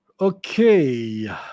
okay